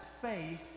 faith